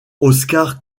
oscar